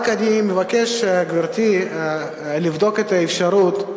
רק אני מבקש, גברתי, לבדוק את האפשרות.